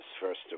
first